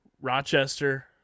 Rochester